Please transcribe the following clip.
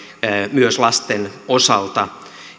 myös lasten osalta